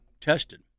tested